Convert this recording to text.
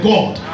God